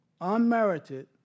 unmerited